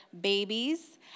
babies